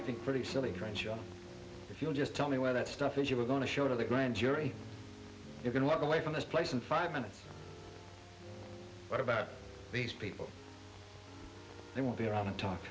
i think pretty silly grimshaw if you'll just tell me where that stuff is you were going to show to the grand jury you can walk away from this place in five minutes what about these people they won't be around to talk